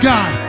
God